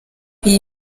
iyi